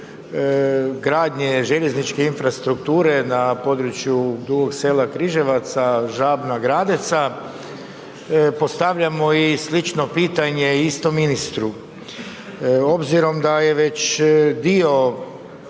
gradnje željezničke infrastrukture na području Dugog Sela-Križevaca-Žabno-Gradeca postavljamo i slično pitanje istom ministru. Obzirom da je već dio